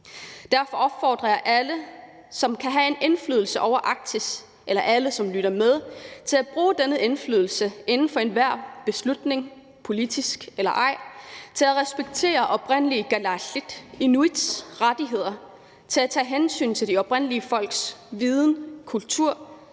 Derfor opfordrer jeg alle, som kan have en indflydelse på Arktis, eller alle, som lytter med, til at bruge denne indflydelse inden for enhver beslutning, politisk eller ej, til at respektere oprindelige kalaallits/inuits rettigheder og til at tage hensyn til de oprindelige folks viden, kultur,